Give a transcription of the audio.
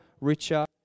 richer